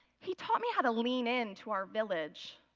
he taught me how to lean in to our village.